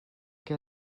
què